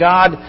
God